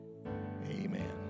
Amen